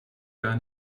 gar